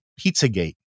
pizzagate